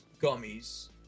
gummies